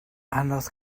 anodd